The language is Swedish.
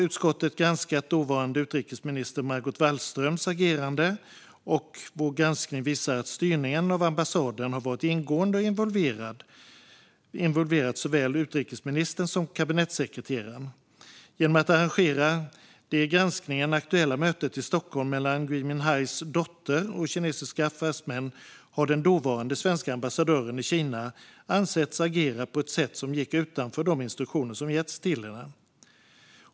Utskottet har granskat dåvarande utrikesminister Margot Wallströms agerande, och vår granskning visar att styrningen av ambassaden har varit ingående och involverat såväl utrikesministern som kabinettssekreteraren. Gransknings-betänkande våren 2021Vissa frågor om regeringens ansvarför förvaltningen Genom att arrangera det i granskningen aktuella mötet i Stockholm mellan Gui Minhais dotter och kinesiska affärsmän har den dåvarande svenska ambassadören i Kina ansetts agera på ett sätt som gick utanför de instruktioner som getts till henne.